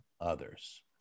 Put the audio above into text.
others